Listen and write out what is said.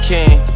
King